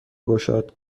گشاد